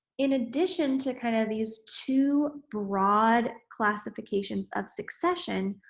in addition to kind of these two broad classifications of succession,